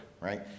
right